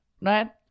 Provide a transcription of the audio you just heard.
right